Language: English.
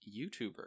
YouTuber